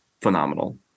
phenomenal